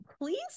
please